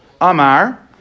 Amar